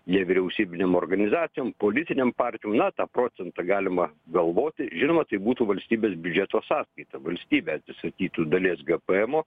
nevyriausybinėm organizacijom politinėm partijom na tą procentą galima galvoti žinoma tai būtų valstybės biudžeto sąskaita valstybė atsisakytų dalies gapaemo